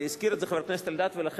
והזכיר את זה חבר הכנסת אריה אלדד ולכן